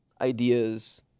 ideas